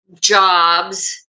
jobs